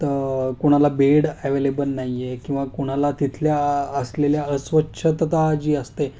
त कोणाला bed available नाही आहे किंवा कोणाला तिथल्या असलेल्या अस्वच्छतता जी असते